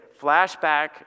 Flashback